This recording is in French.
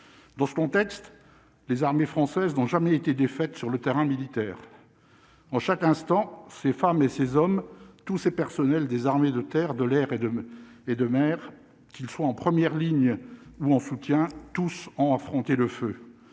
dans ce contexte, les armées françaises n'ont jamais été défaite sur le terrain militaire en chaque instant ces femmes et ces hommes, tous ces personnels des armées de terre, de l'air et de et de maire, qu'ils soient en première ligne, ou en soutien, tous ont affronté le feu